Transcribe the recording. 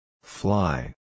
Fly